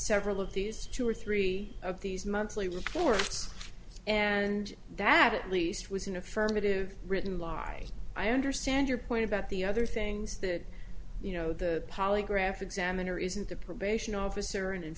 several of these two or three of these monthly reports and that at least was an affirmative written lie i understand your point about the other things that you know the polygraph examiner isn't the probation officer and in